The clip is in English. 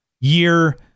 year